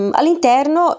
All'interno